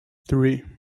three